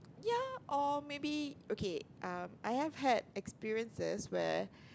ya or maybe okay um I have had experiences where